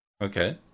Okay